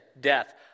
death